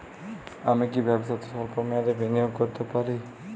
আমি কি ব্যবসাতে স্বল্প মেয়াদি বিনিয়োগ করতে পারি?